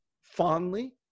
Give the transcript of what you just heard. fondly